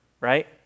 right